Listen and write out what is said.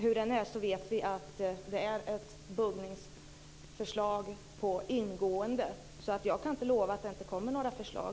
Hur som helst vet vi ju att ett buggningsförslag är på ingående. Jag kan alltså inte lova att det inte kommer några förslag.